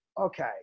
okay